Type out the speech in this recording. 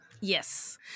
yes